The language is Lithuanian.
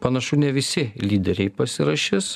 panašu ne visi lyderiai pasirašis